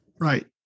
Right